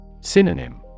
Synonym